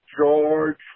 George